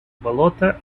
болото